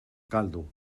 caldo